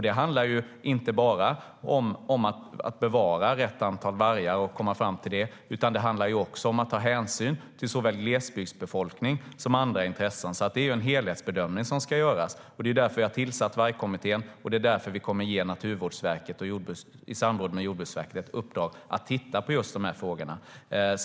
Det handlar inte bara om att komma fram till att bevara rätt antal vargar, utan det handlar också om att ta hänsyn till såväl glesbygdsbefolkning som andra intressen. Det är en helhetsbedömning som ska göras. Det är därför vi har tillsatt vargkommittén, och det är därför vi kommer att ge Naturvårdsverket i samråd med Jordbruksverket i uppdrag att titta på just dessa frågor.